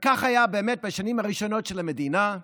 וכך היה באמת בשנים הראשונות של המדינה,